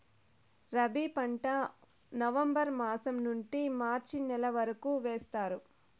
రబీ పంట నవంబర్ మాసం నుండీ మార్చి నెల వరకు వేస్తారు